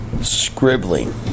scribbling